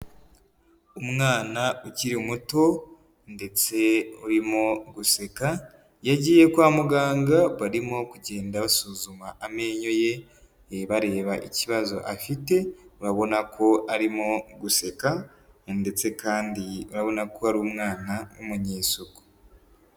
Umwana ukiri muto ndetse urimo guseka, yagiye kwa muganga barimo kugenda basuzuma amenyo ye bareba ikibazo afite, urabona ko arimo guseka ndetse kandi urabona ko ari umwana w'umunyesuku.